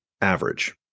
average